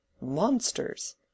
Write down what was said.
Monsters